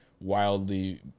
wildly